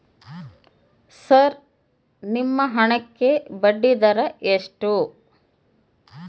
Sir ನಿಮ್ಮ ಹಣಕ್ಕೆ ಬಡ್ಡಿದರ ಎಷ್ಟು?